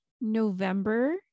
November